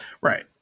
Right